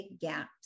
gaps